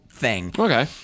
Okay